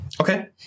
Okay